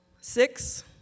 Six